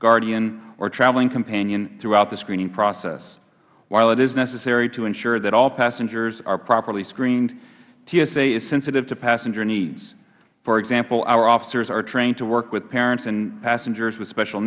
guardian or traveling companion throughout the screening process while it is necessary to ensure that all passengers are properly screened tsa is sensitive to passenger needs for example our officers are trained to work with parents and passengers with special